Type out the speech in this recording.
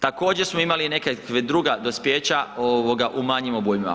Također smo imali nekakva druga dospijeća u manjim obujmima.